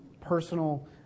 personal